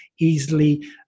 easily